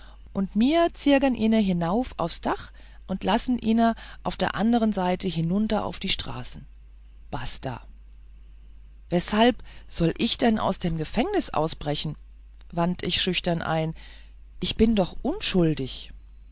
und mir ziegen ihnen hinauf aufs dach und lassen ihnen auf der andern seiten hinunter auf die straßen pasta weshalb soll ich denn aus dem gefängnis ausbrechen wandte ich schüchtern ein ich bin doch unschuldig